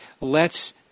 lets